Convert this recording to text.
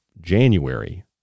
January